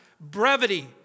brevity